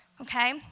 Okay